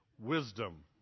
Wisdom